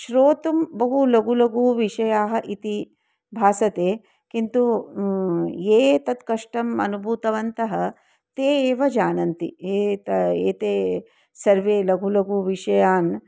श्रोतुं बहु लघवः लघवः विषयाः इति भासन्ते किन्तु ये तत् कष्टम् अनुभूतवन्तः ते एव जानन्ति एते एते सर्वे लघवः लघवः विषयाः